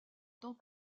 tant